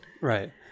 Right